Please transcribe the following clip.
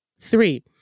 three